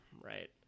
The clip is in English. right